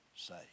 say